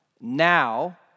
Now